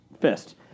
fist